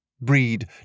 Breed